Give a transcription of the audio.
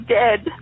dead